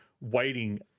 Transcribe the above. waiting